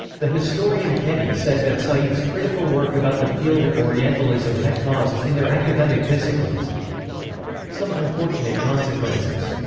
the historian keddie said that said's critical work about the field of orientalism had caused, in their academic disciplines some unfortunate consequences